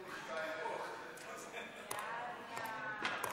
שלא יהיה ספק לאף אחד: אין כאן היום